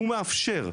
והוא מאפשר,